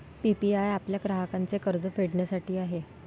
PPI आपल्या ग्राहकांचे कर्ज फेडण्यासाठी आहे